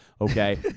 Okay